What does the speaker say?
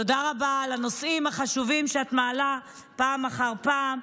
תודה רבה על הנושאים החשובים שאת מעלה פעם אחר פעם.